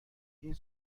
این